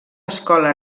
escola